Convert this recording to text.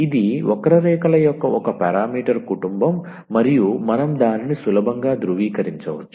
ఇది వక్రరేఖల యొక్క ఒక పారామీటర్ కుటుంబం మరియు మనం దానిని సులభంగా ధృవీకరించవచ్చు